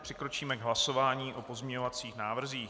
Přikročíme k hlasování o pozměňovacích návrzích.